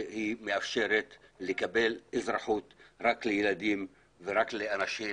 והיא מאפשרת לקבל אזרחות רק לילדים ורק לאנשים